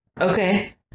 okay